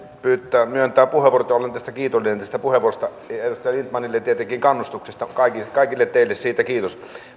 myöntää puheenvuorot ja olen tästä puheenvuorosta kiitollinen ja edustaja lindtmanille tietenkin kannustuksesta kaikille kaikille teille siitä kiitos